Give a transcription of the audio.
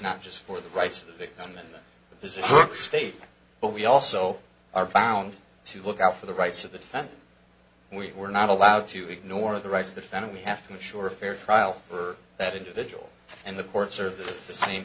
not just for the rights of the victim and the position state but we also are bound to look out for the rights of the family and we were not allowed to ignore the rights of the family we have to ensure a fair trial for that individual and the courts are the same